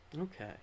Okay